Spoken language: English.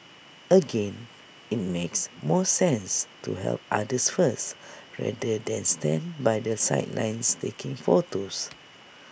again IT makes more sense to help others first rather than stand by the sidelines taking photos